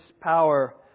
power